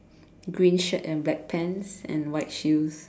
green shirt and black pants and white shoes